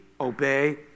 obey